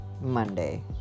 Monday